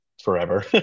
forever